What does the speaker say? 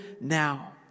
now